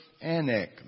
Anak